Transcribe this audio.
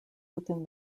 within